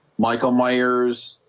michael myers